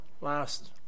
last